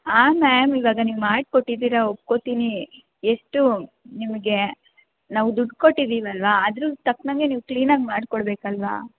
ಹಾಂ ಮ್ಯಾಮ್ ಇವಾಗ ನೀವು ಮಾಡಿಕೊಟ್ಟಿದೀರಾ ಒಪ್ಕೋತೀನಿ ಎಷ್ಟು ನಿಮಗೆ ನಾವು ದುಡ್ಡು ಕೊಟ್ಟಿದೀವಿ ಅಲ್ಲವಾ ಅದ್ರ್ಗೆ ತಕ್ಕನಂಗೆ ನೀವು ಕ್ಲೀನಾಗಿ ಮಾಡ್ಕೊಡ್ಬೇಕು ಅಲ್ಲವಾ